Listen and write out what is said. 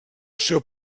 seu